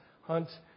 Hunt